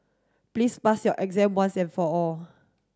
please pass your exam once and for all